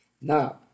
Now